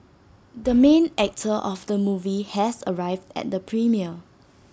the main actor of the movie has arrived at the premiere